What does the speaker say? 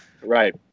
right